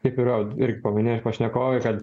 kaip yra irgi paminėjo pašnekovai kad